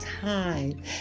time